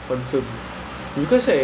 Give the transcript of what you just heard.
ya true true